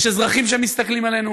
יש אזרחים שמסתכלים עלינו,